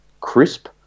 Crisp